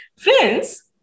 Friends